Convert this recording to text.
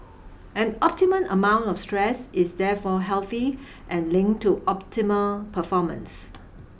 an optimum amount of stress is therefore healthy and link to optimal performance